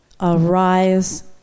arise